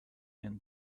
and